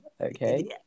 okay